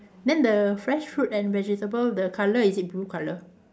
then the fresh fruit and vegetable the colour is it blue colour